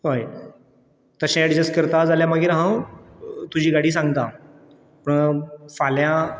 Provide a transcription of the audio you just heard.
हय तशें एडजस्ट करता जाल्यार मागीर हांव तुजी गाडी सांगतां फाल्यां